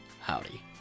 Howdy